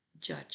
judge